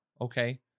Okay